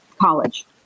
college